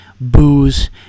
booze